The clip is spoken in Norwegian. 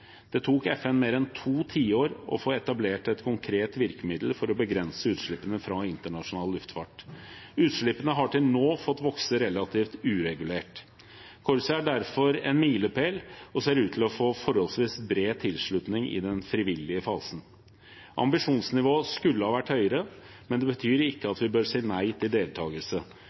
Det tok FN mer enn to tiår å få etablert et konkret virkemiddel for å begrense utslippene fra internasjonal luftfart. Utslippene har til nå fått vokse relativt uregulert. CORSIA er derfor en milepæl og ser ut til å få forholdsvis bred tilslutning i den frivillige fasen. Ambisjonsnivået skulle ha vært høyere, men det betyr ikke at vi bør si nei til